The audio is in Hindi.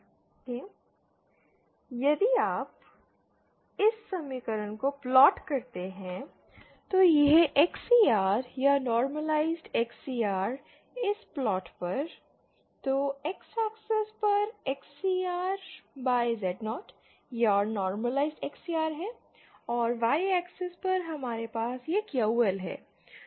LI≈1r2Xc2Xcr2416f21QL2 QLrXcrXcr2416 देखें यदि आप इस समीकरण को प्लॉट करते हैं तो यह XCR या नॉर्मलआईजड XCR इस प्लॉट पर तो X एक्सिस पर XCR Z0 या नॉर्मलआईजड XCR है और Y एक्सिस पर हमारे पास यह QL है